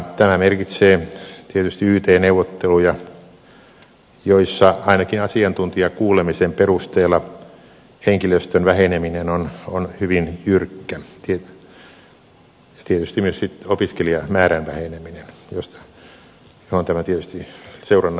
tämä merkitsee tietysti yt neuvotteluja joissa ainakin asiantuntijakuulemisen perusteella henkilöstön väheneminen on hyvin jyrkkää tietysti myös opiskelijamäärän väheneminen johon tämä tietysti seurannaisena liittyy